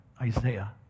Isaiah